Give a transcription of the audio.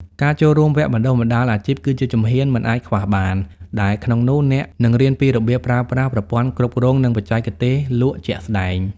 ការចូលរួម "វគ្គបណ្ដុះបណ្ដាលអាជីព" គឺជាជំហានមិនអាចខ្វះបាន ដែលក្នុងនោះអ្នកនឹងរៀនពីរបៀបប្រើប្រាស់ប្រព័ន្ធគ្រប់គ្រង និងបច្ចេកទេសលក់ជាក់ស្ដែង។